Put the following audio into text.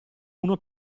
uno